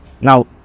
now